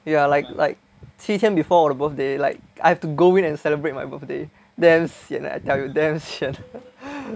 ya like like 七天 before 我的 birthday like I have to go in and celebrate my birthday then sian leh I tell you damn sian